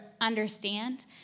understand